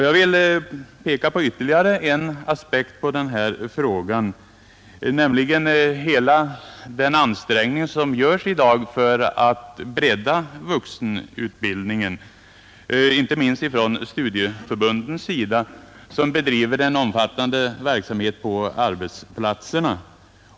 Jag vill peka på ytterligare en aspekt på den här frågan, nämligen hela den ansträngning som i dag görs för att bredda vuxenutbildningen, inte minst av studieförbunden, som bedriver en omfattande verksamhet på arbetsplatserna.